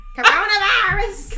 Coronavirus